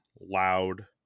loud